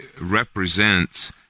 represents